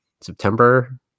september